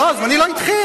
לא, זמני לא התחיל.